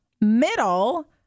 middle